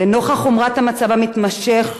לנוכח חומרת המצב המתמשך,